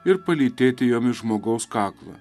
ir palytėti jomis žmogaus kaklą